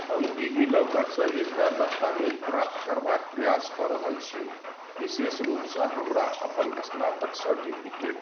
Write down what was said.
हम डिजिलॉकरसँ एकटा दस्तावेज प्राप्त करबाक प्रयास कऽ रहल छी विशेष रूपसँ हमरा अपन अस्नातक सर्टिफिकेट